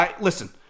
Listen